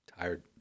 tired